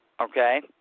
Okay